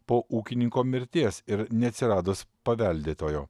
po ūkininko mirties ir neatsiradus paveldėtojo